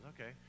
okay